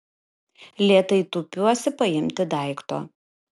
lėtai tūpiuosi paimti daikto